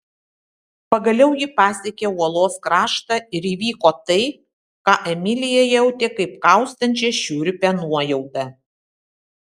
pagaliau ji pasiekė uolos kraštą ir įvyko tai ką emilija jautė kaip kaustančią šiurpią nuojautą